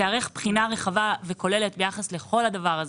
שתיערך בחינה רחבה וכוללת ביחס הדבר הזה.